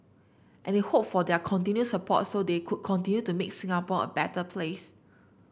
and he hoped for their continued support so they could continue to make Singapore a better place